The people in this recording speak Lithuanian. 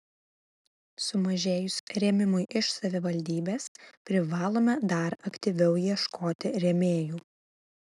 sumažėjus rėmimui iš savivaldybės privalome dar aktyviau ieškoti rėmėjų